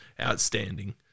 outstanding